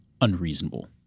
unreasonable